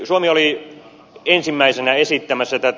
suomi oli ensimmäisenä esittämässä tätä